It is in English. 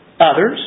Others